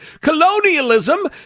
colonialism